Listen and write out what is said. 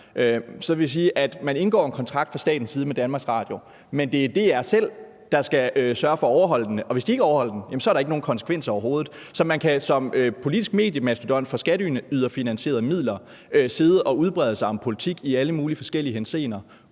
man indgår en kontrakt fra statens side med DR, men det er DR selv, der skal sørge for at overholde den, og hvis de ikke overholder den, er der ikke nogen konsekvens overhovedet. Så man kan som politisk mediemastodont for skatteyderfinansierede midler sidde og udbrede sig om politik i alle mulige forskellige henseender,